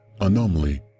anomaly